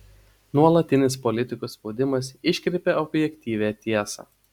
nuolatinis politikų spaudimas iškreipia objektyvią tiesą